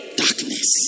darkness